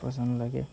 ପସନ୍ଦ ଲାଗେ